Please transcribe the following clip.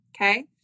Okay